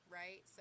right